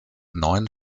neun